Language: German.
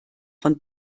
von